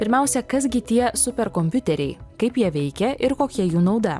pirmiausia kas gi tie super kompiuteriai kaip jie veikia ir kokia jų nauda